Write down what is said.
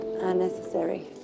unnecessary